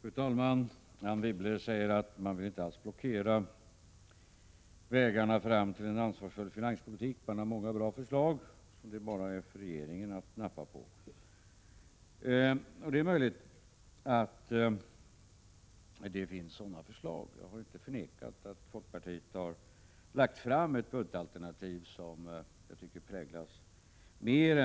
Fru talman! Anne Wibble säger att man inte alls vill blockera vägarna fram till en ansvarsfull finanspolitik, man har många bra förslag som det bara är för regeringen att nappa på. Det är möjligt att det finns sådana förslag. Jag har inte förnekat att folkpartiet har lagt fram ett budgetalternativ som jag tycker mer